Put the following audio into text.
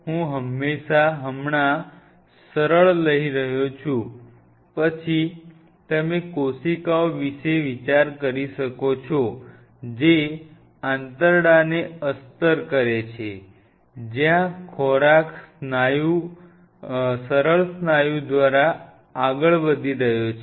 હું હમણાં સરળ લઈ રહ્યો છું પછી તમે કોશિકાઓ વિશે વિચારી શકો છો જે આંતરડાને અસ્તર કરે છે જ્યાં ખોરાક સરળ સ્નાયુ દ્વારા આગળ વધી રહ્યો છે